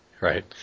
right